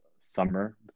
Summer